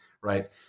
right